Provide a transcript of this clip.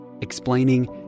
explaining